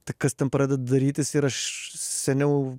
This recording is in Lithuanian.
tai kas ten pradeda darytis ir aš seniau